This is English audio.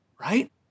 right